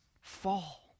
fall